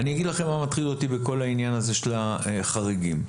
העניין הזה של החריגים.